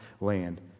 land